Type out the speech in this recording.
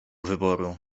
wyboru